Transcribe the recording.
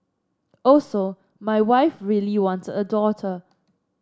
also my wife really wanted a daughter